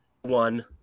one